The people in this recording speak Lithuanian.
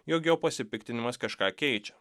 jog jo pasipiktinimas kažką keičia